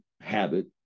habit